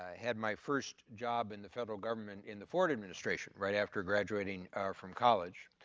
had my first job in the federal government in the ford administration right after graduating from college.